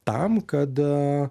tam kad